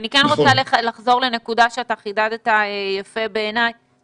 אני כן רוצה לחזור לנקודה שאתה חידדת בעיניי יפה,